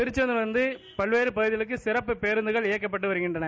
திருச்செந்தூரிலிருந்து பல்வேறு பகுதிகளுக்கு சிறப்பு பேருந்துகள் இயக்கப்பட்டு வருகின்றன